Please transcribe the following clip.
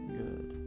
good